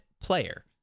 player